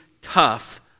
tough